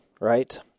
right